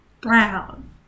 brown